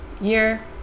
year